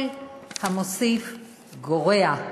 כל המוסיף גורע.